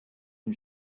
and